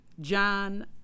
John